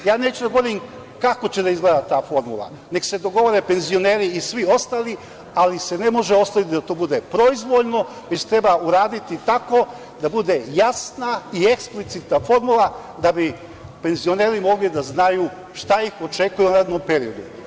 Ja neću da govorim kako će da izgleda ta formula, neka se dogovore penzioneri i svi ostali, ali se ne može ostaviti da to bude proizvoljno, već treba uraditi tako da bude jasna i eksplicitna formula, da bi penzioneri mogli da znaju šta ih očekuje u narednom periodu.